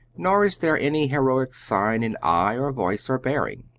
nor is there any heroic sign in eye or voice or bearing.